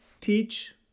teach